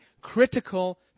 critical